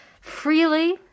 freely